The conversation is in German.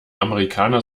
amerikaner